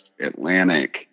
Atlantic